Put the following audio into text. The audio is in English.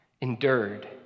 endured